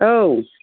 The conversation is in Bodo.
औ